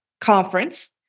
conference